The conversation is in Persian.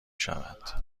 شود